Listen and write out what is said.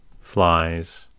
flies